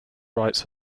rights